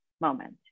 moment